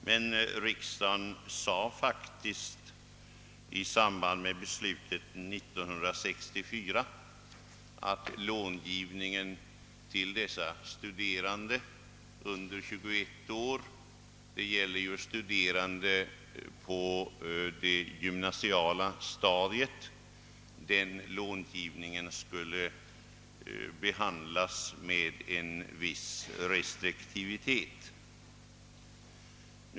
Men riksdagen uttalade faktiskt i samband med beslutet 1964 att långivningen till studerande under 21 år det gäller ju i huvudsak studerande på det gymnasiala stadiet — skulle handhas med en viss restriktivitet.